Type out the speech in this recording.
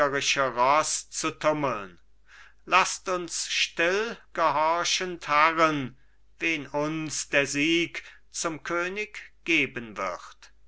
laßt uns still gehorchend harren wen uns der sieg zum könig geben wird